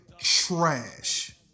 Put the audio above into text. trash